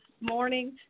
morning